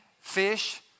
fish